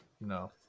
No